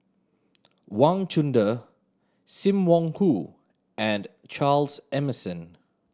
Wang Chunde Sim Wong Hoo and Charles Emmerson